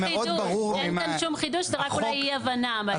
אין כאן שום חידוש, אולי זו אי הבנה.